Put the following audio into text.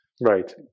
Right